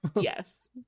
Yes